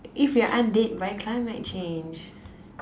if we aren't dead by climate change